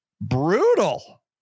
brutal